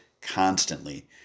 constantly